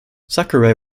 sakurai